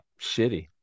shitty